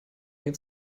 geht